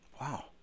Wow